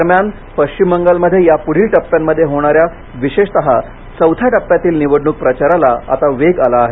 दरम्यान पश्चिम बंगाल विधानसभेसाठी या पुढील टप्प्यांमध्ये होणाऱ्या विशेषतः चौथ्या टप्प्यातील निवडणुकीच्या प्रचाराला आता वेग आला आहे